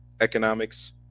economics